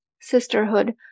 sisterhood